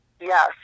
Yes